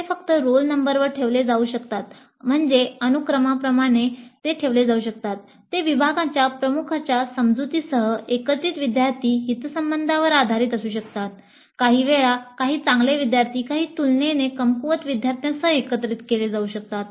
ते फक्त रोल नंबरवर ठेवले जाऊ शकतात म्हणजे अनुक्रमांकप्रमाणे ते विभागाच्या प्रमुखांच्या समजुतीसह एकत्रित विद्यार्थी हितसंबंधांवर आधारित असू शकतात काहीवेळा काही चांगले विद्यार्थी काही तुलनेने कमकुवत विद्यार्थ्यांसह एकत्र केले जाऊ शकतात